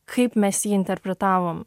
kaip mes jį interpretavom